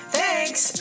Thanks